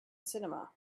cinema